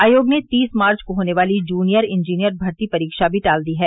आयोग ने तीस मार्च को होने वाली जुनियर इंजीनियर भर्ती परीक्षा भी टाल दी है